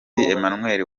emmanuel